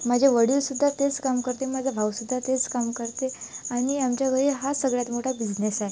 माझे वडीलसुद्धा तेच काम करते माझा भाऊसुद्धा तेच काम करते आणि आमच्या घरी हा सगळ्यात मोठा बिझनेस आहे